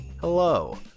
Hello